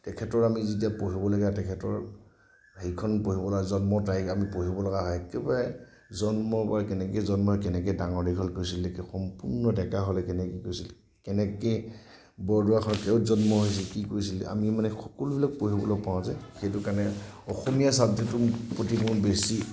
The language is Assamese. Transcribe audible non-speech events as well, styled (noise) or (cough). তেখেতৰ আমি যেতিয়া পঢ়িব লাগে তেখেতৰ হেৰিখন পঢ়িব লাগে জন্ম তাৰিখ আমি পঢ়িব লগা হয় (unintelligible) জন্ম কেনেকৈ জন্ম কেনেকৈ ডাঙৰ দীঘল কৰিছিলে সম্পূৰ্ণ ডেকা হোৱালৈ কেনেকৈ কি কৰিছিল কেনেকৈ বৰদোৱা সত্ৰত জন্ম হৈছিল কি কৰিছিল আমি মানে সকলোবিলাক পঢ়িবলৈ পাওঁ যে সেইটো কাৰণে অসমীয়া ছাবজেক্টটো মোৰ প্ৰতি মোৰ বেছি